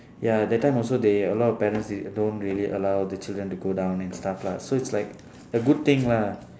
ya that time also they a lot of parents they don't really allow the children to go down and stuff lah so it's like a good thing lah